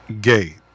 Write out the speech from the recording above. gay